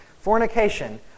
Fornication